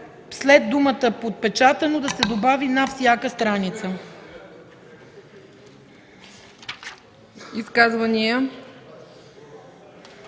след думата „подпечатано” да се добави „на всяка страница”.